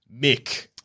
Mick